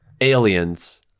aliens